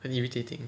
很 irritating